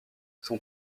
son